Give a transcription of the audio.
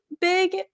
big